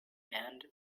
and